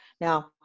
Now